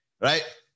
right